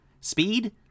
Speed